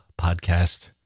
podcast